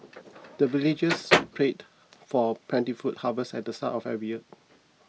the villagers prayed for plentiful harvest at the start of every year